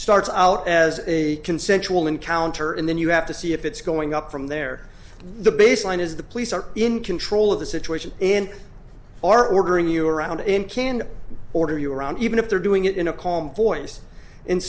starts out as a consensual encounter and then you have to see if it's going up from there the baseline is the police are in control of the situation and are ordering you around him can order you around even if they're doing it in a calm voice and